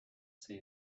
see